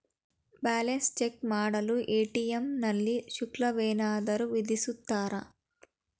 Balance check ಮಾಡಲು ATM ನಲ್ಲಿ ಶುಲ್ಕವೇನಾದರೂ ವಿಧಿಸುತ್ತಾರಾ?